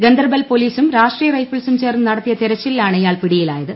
ഗന്തർബൽ പോലീസും രാഷ്ട്രീയ റൈഫിൾസും ചേർന്ന് നടത്തിയ തെരച്ചിലിലാണ് ഇയാൾ പിടിയിലായത്